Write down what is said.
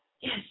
yes